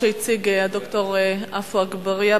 שהציג ד"ר עפו אגבאריה,